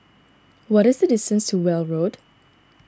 what is the distance to Weld Road